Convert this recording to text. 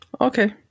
Okay